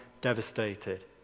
devastated